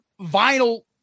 vinyl